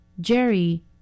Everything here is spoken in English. Jerry